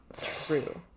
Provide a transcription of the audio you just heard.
True